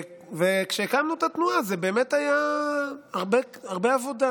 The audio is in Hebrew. כשהקמנו את התנועה באמת הייתה הרבה עבודה.